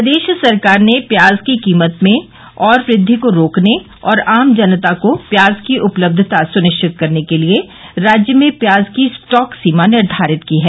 प्रदेश सरकार ने प्याज की कीमत में और वृद्वि को रोकने और आम जनता को प्याज की उपलब्धता सुनिश्चित करने के लिए राज्य में प्याज की स्टॉक सीमा निर्घारित की है